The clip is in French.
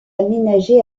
aménagé